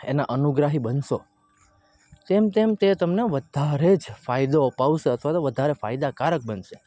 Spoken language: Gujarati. એના અનુગ્રાહી બનશો તેમ તેમ તે તમને વધારે જ ફાયદો અપાવશે અથવા તો વધારે ફાયદાકારક બનશે